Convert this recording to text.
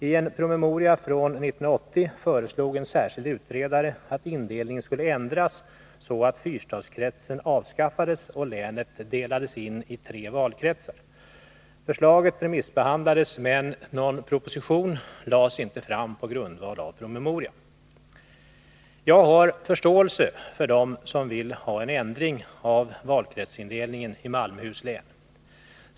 I en promemoria från 1980 föreslog en särskild utredare att indelningen skulle ändras så, att fyrstadskretsen avskaffades och länet delades in i tre valkretsar. Förslaget remissbehandlades, men någon proposition lades inte fram på grundval av promemorian. Jag har förståelse för dem som vill ha en ändring av valkretsindelningen i Malmöhus län.